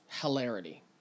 hilarity